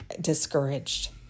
discouraged